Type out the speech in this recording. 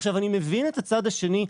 עכשיו, אני מבין את הצד השני.